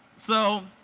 so,